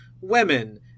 women